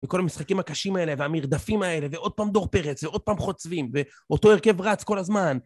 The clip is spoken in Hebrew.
וכל המשחקים הקשים האלה והמרדפים האלה ועוד פעם דור פרץ ועוד פעם חוצבים ואותו הרכב רץ כל הזמן.